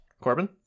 corbin